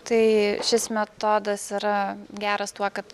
tai šis metodas yra geras tuo kad